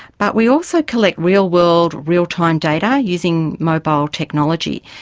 but we also collect real world, real time data using mobile technology.